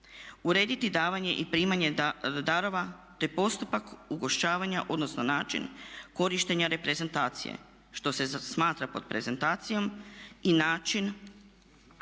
Urediti davanje i primanje darova te postupak ugošćavanja odnosno način korištenja reprezentacije, što se smatra pod reprezentacijom i način